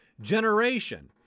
generation